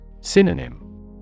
Synonym